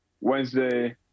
Wednesday